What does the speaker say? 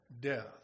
Death